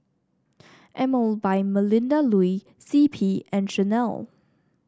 Emel by Melinda Looi C P and Chanel